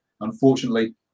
unfortunately